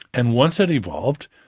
and once it evolved-ta-da!